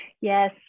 Yes